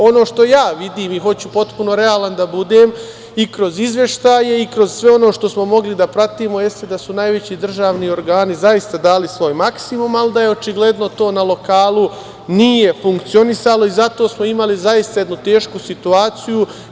Ono što ja vidim i hoću potpuno realan da budem, i kroz izveštaje i kroz sve ono što smo mogli da pratimo, jeste da su najveći državni organi zaista dali svoj maksimum, ali da očigledno to na lokalu nije funkcionisalo i zato smo imali zaista jednu tešku situaciju.